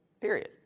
Period